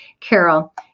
Carol